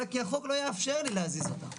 אלא כי החוק לא יאפשר לי להזיז אותן.